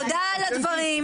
תודה על הדברים.